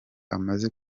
amaze